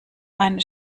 eine